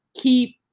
keep